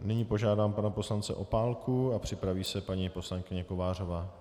Nyní požádám pana poslance Opálku a připraví se paní poslankyně Kovářová.